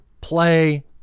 play